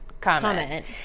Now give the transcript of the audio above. comment